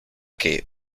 que